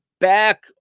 back